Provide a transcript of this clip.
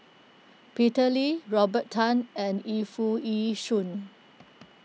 Peter Lee Robert Tan and Yu Foo Yee Shoon